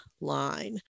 line